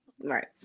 right